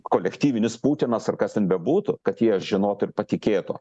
kolektyvinis putinas ar kas ten bebūtų kad jie žinotų ir patikėtų